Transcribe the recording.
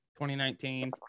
2019